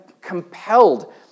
compelled